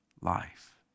life